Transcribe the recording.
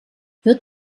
wird